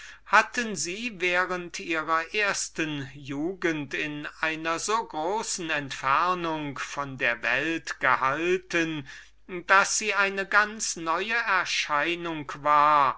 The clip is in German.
hatten sie während ihrer ersten jugend in einer so großen entfernung von der welt gehalten daß sie eine ganz neue erscheinung war